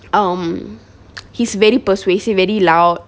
um he's very persuasive very loud